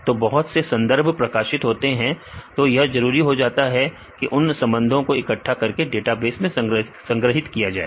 तो बहुत से संदर्भ प्रकाशित होते हैं तो यह जरूरी हो जाता है कि उन सबको इकट्ठा कर एक डेटाबेस में संग्रहित किया जाए